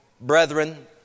Brethren